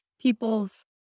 people's